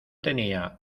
tenía